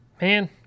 Man